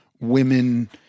women